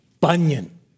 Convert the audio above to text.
Bunyan